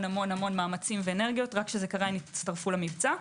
מאמצים ואנרגיות ק אז הם הצטרפו למבצע.